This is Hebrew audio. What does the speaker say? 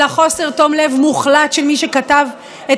אלא חוסר תום לב מוחלט של מי שכתב את